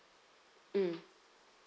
mm